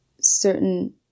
certain